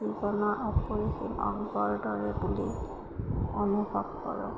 জীৱনৰ অপৰিসীম অংগৰ দৰে বুলি অনুভৱ কৰোঁ